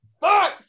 Fuck